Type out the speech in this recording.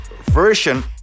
version